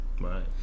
Right